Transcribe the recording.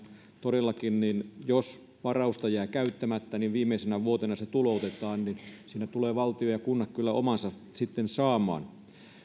todellakin jos varausta jää käyttämättä niin viimeisenä vuotena se tuloutetaan ja valtio ja kunnat tulevat kyllä omansa sitten saamaan